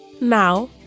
Now